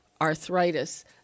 arthritis